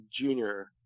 junior